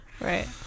Right